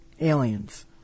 aliens